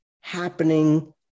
happening